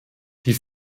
die